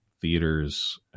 theaters